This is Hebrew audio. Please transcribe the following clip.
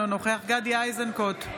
אינו נוכח גדי איזנקוט,